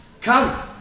Come